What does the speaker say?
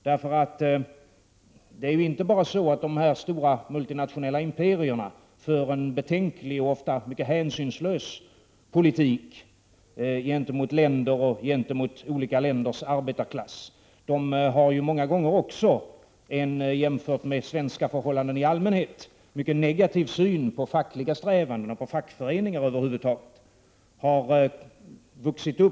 Det är ju inte bara det att de här stora multinationella imperierna för en betänklig och ofta mycket hänsynslös politik gentemot länder och gentemot arbetarklassen i olika länder, utan många gånger har de också en, jämfört med svenska förhållanden i allmänhet, mycket negativ syn på fackliga strävanden och fackföreningar över huvud taget.